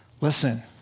listen